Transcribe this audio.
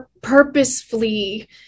purposefully